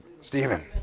Stephen